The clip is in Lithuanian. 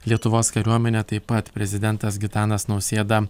lietuvos kariuomene taip pat prezidentas gitanas nausėda